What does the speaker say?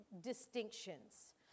distinctions